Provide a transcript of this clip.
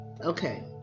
Okay